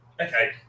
okay